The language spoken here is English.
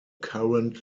current